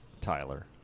Tyler